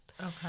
Okay